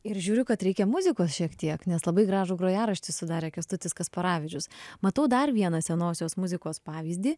ir žiūriu kad reikia muzikos šiek tiek nes labai gražų grojaraštį sudarė kęstutis kasparavičius matau dar vieną senosios muzikos pavyzdį